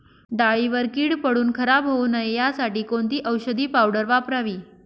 डाळीवर कीड पडून खराब होऊ नये यासाठी कोणती औषधी पावडर वापरावी?